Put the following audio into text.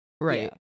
Right